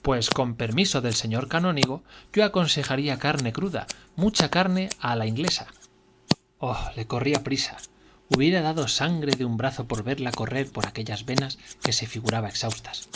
pues con permiso del señor canónigo yo aconsejaría carne cruda mucha carne a la inglesa oh le corría prisa hubiera dado sangre de un brazo por verla correr por aquellas venas que se figuraba exhaustas